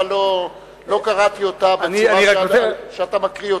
אבל לא קראתי אותה בצורה שאתה מקריא.